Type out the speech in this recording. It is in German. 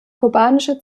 kubanische